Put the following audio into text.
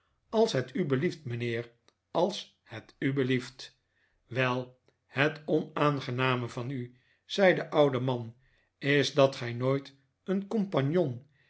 als het u belieft mijnheer als het u belieft wel het onaangename van u zei de oude man is dat gij nooit een compagnon